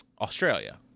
Australia